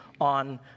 on